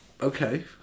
Okay